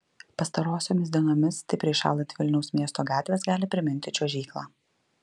pastarosiomis dienomis stipriai šąlant vilniaus miesto gatvės gali priminti čiuožyklą